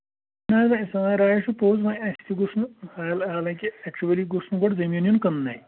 نہٕ حظ نہ سٲنۍ راے حظ چھُو پوٚز وۄنۍ اَسہِ گوٚژھ نہٕ حال حالانکہِ اٮ۪کچُؤلی گوژھ نہٕ گۄڈٕ زٔمیٖن یُن کٕننَے